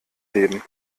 leben